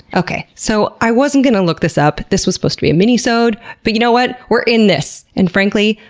okay, so, i wasn't going to look this up. this was supposed to be a minisode. but you know what? we're in this! and frankly,